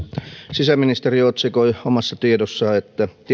sisäministeri otsikoi omassa tiedotteessaan että